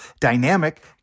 dynamic